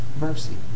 mercy